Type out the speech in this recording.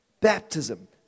Baptism